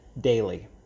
daily